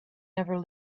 never